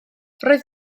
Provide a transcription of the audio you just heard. roedd